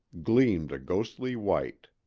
gleamed a ghostly white.